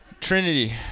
Trinity